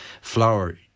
flower